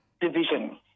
division